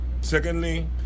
secondly